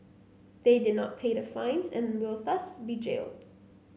they did not pay the fines and will thus be jailed